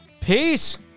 Peace